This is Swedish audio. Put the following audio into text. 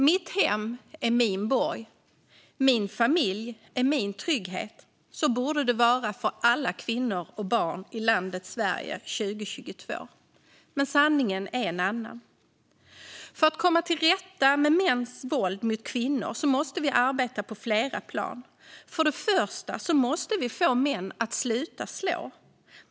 Mitt hem är min borg, och min familj är min trygghet. Så borde det vara för alla kvinnor och barn i landet Sverige 2022. Men sanningen är en annan. För att komma till rätta med mäns våld mot kvinnor måste vi arbeta på flera plan. Först och främst måste vi få män att sluta slå.